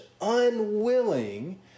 unwilling